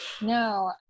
No